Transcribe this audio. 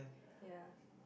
ya